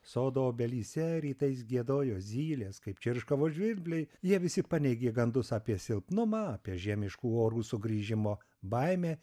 sodo obelyse rytais giedojo zylės kaip čirškavo žvirbliai jie visi paneigė gandus apie silpnumą apie žiemiškų orų sugrįžimo baimę